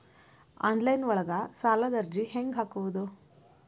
Online ಒಳಗ ಸಾಲದ ಅರ್ಜಿ ಹೆಂಗ್ ಹಾಕುವುದು?